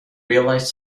realized